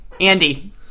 Andy